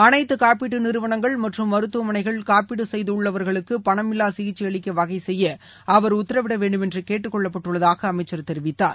அனைத்து காப்பீட்டு நிறுவனங்கள் மற்றும் மருத்துவமனைகள் காப்பீடு செய்துள்ளவர்களுக்கு பணமில்லா சிகிச்சை அளிக்க வகை செய்ய அவர் உத்தரவிட வேண்டுமென்று கேட்டுக்கொள்ளப்பட்டுள்ளதாக அமைச்சர் தெரிவித்தார்